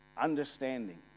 understanding